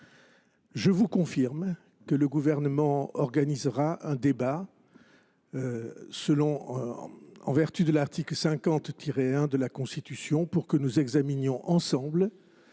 je vous confirme que le Gouvernement organisera un débat en vertu de l’article 50 1 de la Constitution pour que nous examinions ensemble